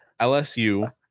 LSU